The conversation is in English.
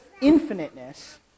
infiniteness